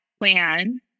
plan